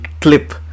clip